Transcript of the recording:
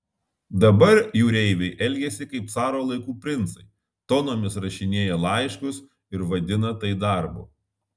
dabar jūreiviai elgiasi kaip caro laikų princai tonomis rašinėja laiškus ir vadina tai darbu